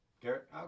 Garrett